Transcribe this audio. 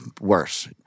worse